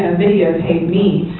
and videotape me,